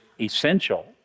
essential